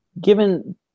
given